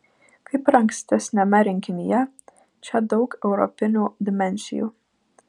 kaip ir ankstesniame rinkinyje čia daug europinių dimensijų